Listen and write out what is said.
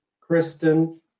Kristen